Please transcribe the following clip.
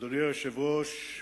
היושב-ראש,